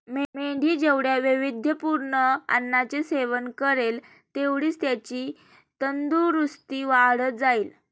मेंढी जेवढ्या वैविध्यपूर्ण अन्नाचे सेवन करेल, तेवढीच त्याची तंदुरस्ती वाढत जाईल